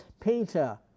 Peter